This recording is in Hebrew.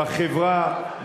בחברה,